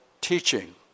teaching